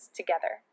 together